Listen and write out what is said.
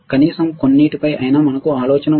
కనీసం కొన్నింటి పై అయినా మనకు ఆలోచన ఉంది